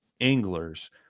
anglers